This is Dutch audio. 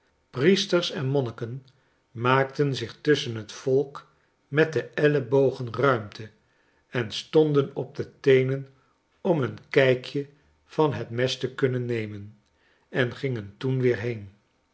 priesters en monniken maakten zich tusschen het volk met de eliebogen ruimte en stonden op de teenen om een kijkje van het mes te kunnen nemen engingen toen